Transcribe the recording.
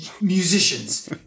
musicians